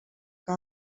que